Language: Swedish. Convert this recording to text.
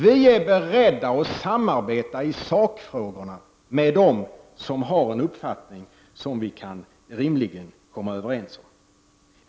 Vi är beredda att samarbeta i sakfrågorna med dem som har en uppfattning som vi rimligen kan komma överens om.